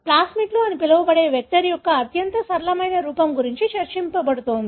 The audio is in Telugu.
ప్లాస్మిడ్లు అని పిలువబడే వెక్టర్ యొక్క అత్యంత సరళమైన రూపం గురించి చర్చించబడుతోంది